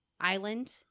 island